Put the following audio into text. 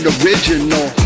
original